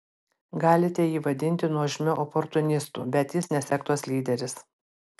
galite jį vadinti nuožmiu oportunistu bet jis ne sektos lyderis